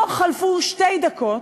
לא חלפו שתי דקות,